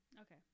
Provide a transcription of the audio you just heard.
Okay